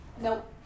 Nope